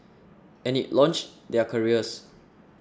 and it launched their careers